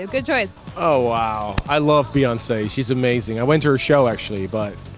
ah good choice. oh wow. i love beyonce, she's amazing. i went to her show actually, but,